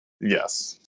Yes